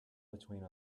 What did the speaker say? between